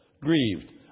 grieved